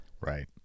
Right